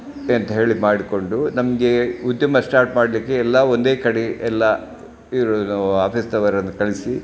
ಎಂಥೇಳಿ ಮಾಡಿಕೊಂಡು ನಮಗೆ ಉದ್ಯಮ ಶ್ಟಾರ್ಟ್ ಮಾಡಲಿಕ್ಕೆ ಎಲ್ಲ ಒಂದೇ ಕಡೆ ಎಲ್ಲ ಇರೋದು ಆಫೀಸ್ದವರನ್ನ ಕಳಿಸಿ